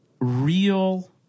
real